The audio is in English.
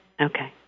Okay